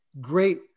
great